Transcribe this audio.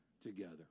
together